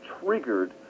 triggered